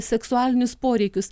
seksualinius poreikius